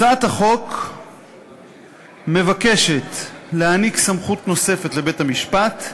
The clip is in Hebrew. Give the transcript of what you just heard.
הצעת החוק מבקשת להעניק סמכות נוספת לבית-המשפט,